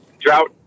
Drought